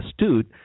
astute